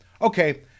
Okay